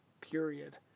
period